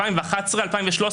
2011 ו-2013,